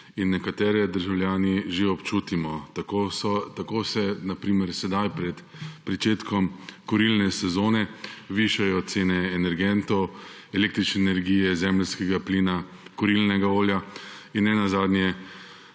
in nekateri državljani že občutimo. Tako se na primer sedaj pred pričetkom kurilne sezone višajo cene energentov, električne energije, zemeljskega plina, kurilnega olja in nenazadnje